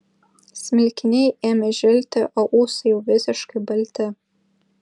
smilkiniai ėmė žilti o ūsai jau visiškai balti